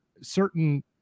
certain